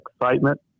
excitement